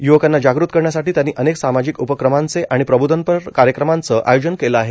य्वकांना जागृत करण्यासाठी त्यानी अनेक सामाजिक उपक्रमांचे आणि प्रबोधनपर कार्यक्रमांचे आयोजन केले आहे